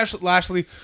Lashley